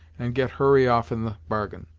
and get hurry off in the bargain.